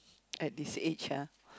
at this age ah